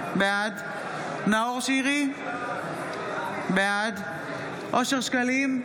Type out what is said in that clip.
בעד נאור שירי, בעד אושר שקלים,